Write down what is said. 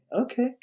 Okay